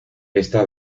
esta